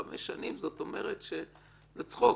חמש שנים זאת אומרת שזה צחוק.